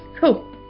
Cool